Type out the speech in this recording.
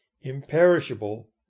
imperishable